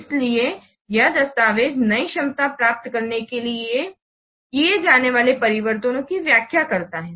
इसलिए यह दस्तावेज़ नई क्षमता प्राप्त करने के लिए किए जाने वाले परिवर्तनों की व्याख्या करता है